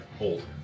Old